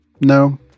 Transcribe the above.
no